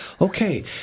Okay